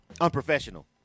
unprofessional